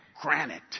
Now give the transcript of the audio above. granite